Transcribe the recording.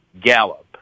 Gallup